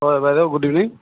হয় বাইদেউ good evening